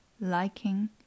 liking